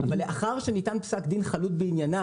אבל לאחר שניתן פסק דין חלוט בעניינה